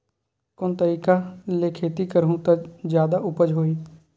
कोन तरीका ले खेती करहु त जादा उपज होही?